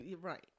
right